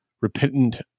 repentant